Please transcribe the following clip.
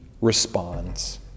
responds